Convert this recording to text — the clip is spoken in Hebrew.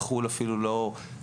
בחו"ל המדריכים אפילו לא נבחנים,